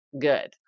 good